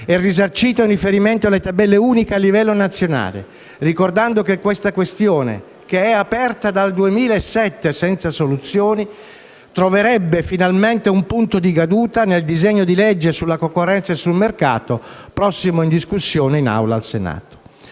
è risarcito in riferimento a tabelle uniche a livello nazionale, ricordando che tale questione, aperta dal 2007 senza soluzioni, troverebbe finalmente un punto di caduta nel disegno di legge sulla concorrenza e sul mercato, prossimamente in discussione presso